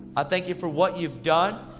i thank you for what you've done,